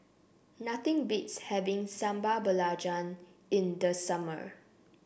nothing beats having Sambal Belacan in the summer